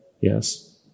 yes